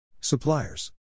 Suppliers